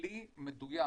כלי מדויק,